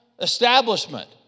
establishment